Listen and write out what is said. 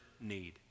need